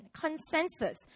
consensus